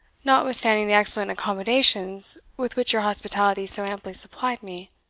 notwithstanding the excellent accommodations with which your hospitality so amply supplied me.